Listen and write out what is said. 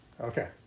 Okay